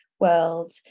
world